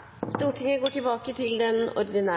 er omme.